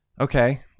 Okay